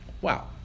wow